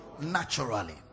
naturally